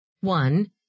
One